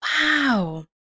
wow